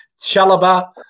Chalaba